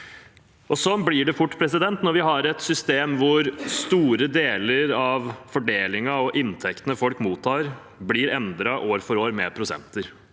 Slik blir det fort når vi har et system hvor store deler av fordelingen og inntektene folk mottar, blir endret år for år med prosenter.